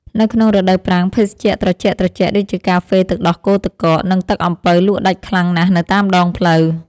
នៅក្នុងរដូវប្រាំងភេសជ្ជៈត្រជាក់ៗដូចជាកាហ្វេទឹកដោះគោទឹកកក និងទឹកអំពៅលក់ដាច់ខ្លាំងណាស់នៅតាមដងផ្លូវ។